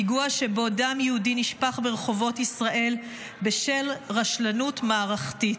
פיגוע שבו דם יהודי נשפך ברחובות ישראל בשל רשלנות מערכתית.